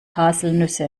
haselnüsse